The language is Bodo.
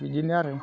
बिदिनो आरो